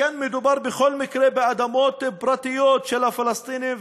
שכן מדובר בכל מקרה באדמות פרטיות של הפלסטינים,